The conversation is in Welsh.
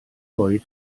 coed